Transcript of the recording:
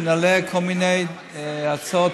ונעלה כל מיני הצעות,